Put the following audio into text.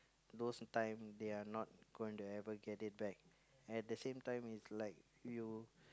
those time they are not going to ever get it back at the same time it's like you